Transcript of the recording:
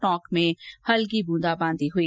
टोंक में हल्की ब्रंदाबांदी हुई